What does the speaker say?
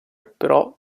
però